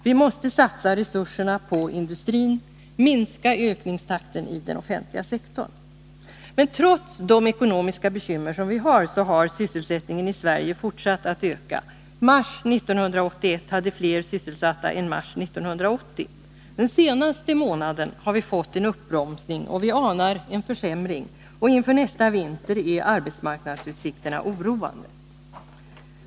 Vi måste satsa resurserna på industrin och minska ökningstakten i den offentliga sektorn. Men trots de ekonomiska bekymren har sysselsättningen i Sverige fortsatt att öka. I mars 1981 var fler sysselsatta än i mars 1980. Den senaste månaden har vi fått en uppbromsning. Vi anar en försämring, och inför nästa vinter är arbetsmarknadsutsikterna oroande.